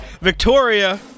Victoria